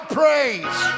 praise